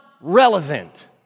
relevant